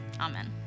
Amen